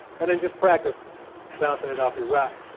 and then just practice bouncing it off your ride.